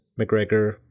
McGregor